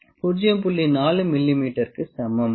4 மிமீ க்கு சமம்